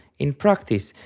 in practice,